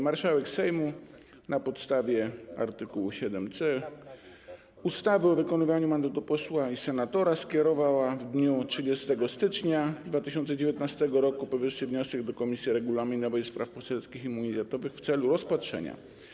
Marszałek Sejmu na podstawie art. 7c ustawy o wykonywaniu mandatu posła i senatora skierowała w dniu 30 stycznia 2019 r. powyższy wniosek do Komisji Regulaminowej, Spraw Poselskich i Immunitetowych w celu rozpatrzenia.